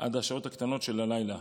עד השעות הקטנות של הלילה,